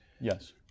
Yes